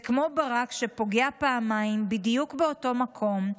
וכמו ברק שפוגע פעמיים בדיוק באותו מקום,